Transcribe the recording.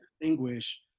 distinguish